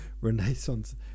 Renaissance